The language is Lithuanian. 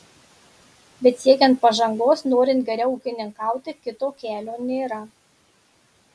bet siekiant pažangos norint geriau ūkininkauti kito kelio nėra